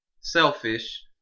selfish